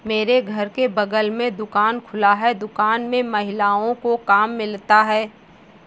मेरे घर के बगल में दुकान खुला है दुकान में महिलाओं को काम मिलता है